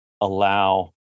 allow